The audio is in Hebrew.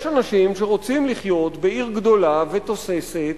יש אנשים שרוצים לחיות בעיר גדולה ותוססת,